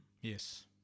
Yes